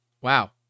Wow